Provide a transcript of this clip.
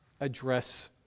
address